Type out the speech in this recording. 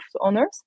owners